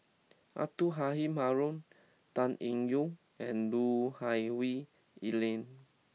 Abdul Halim Haron Tan Eng Yoon and Lui Hah Wah Elena